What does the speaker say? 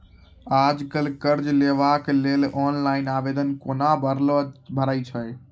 आज कल कर्ज लेवाक लेल ऑनलाइन आवेदन कूना भरै छै?